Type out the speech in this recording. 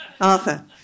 Arthur